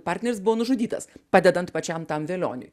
partneris buvo nužudytas padedant pačiam tam velioniui